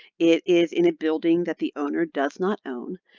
it is in a building that the owner does not own.